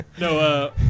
No